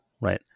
right